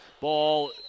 ball